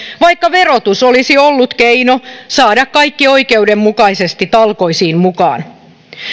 vaikka verotus olisi ollut keino saada kaikki oikeudenmukaisesti talkoisiin mukaan